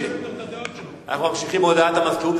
אנחנו ממשיכים בהודעת המזכירות.